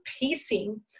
pacing